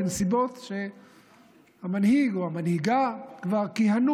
בנסיבות שהמנהיג או המנהיגה כבר כיהנו